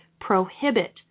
prohibit